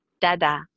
Dada